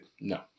No